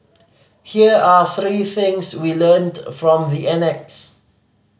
here are three things we learnt from the annex